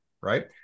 Right